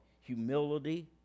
humility